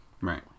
right